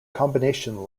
combination